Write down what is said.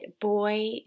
boy